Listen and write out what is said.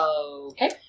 Okay